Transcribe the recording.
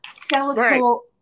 skeletal